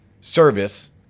service